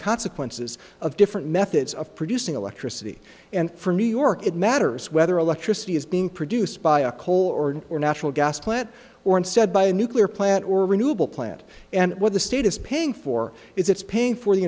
consequences of different methods of producing electricity and for new york it matters whether electricity is being produced by a coal or an or natural gas plant or instead by a nuclear plant or renewable plant and what the state is paying for it's paying for the